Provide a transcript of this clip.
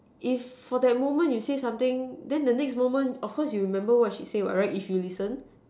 if for that moment you say something then the next moment of course you remember what she say what right if you listen